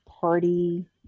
party